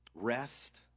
rest